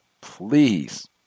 please